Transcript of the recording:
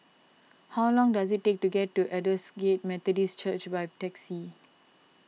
how long does it take to get to Aldersgate Methodist Church by taxi